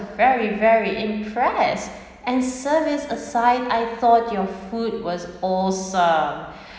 very very impress and service aside I thought your food was awesome